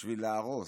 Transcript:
בשביל להרוס,